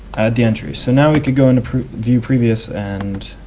add the entry. so now we could go into view previous and